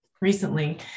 recently